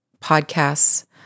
podcasts